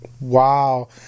wow